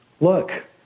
look